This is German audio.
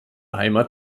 heimat